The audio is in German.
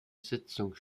sitzung